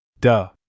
Duh